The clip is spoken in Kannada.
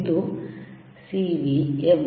ಇದು CV FB